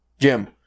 Jim